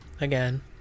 again